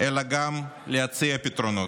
אלא גם להציע פתרונות.